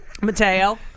Mateo